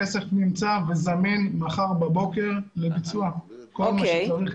הכסף נמצא והוא זמין מחר בבוקר לביצוע כל מה שצריך,